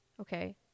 okay